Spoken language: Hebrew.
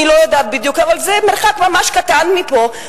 אני לא יודעת בדיוק אבל זה מרחק ממש קטן מפה,